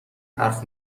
حرف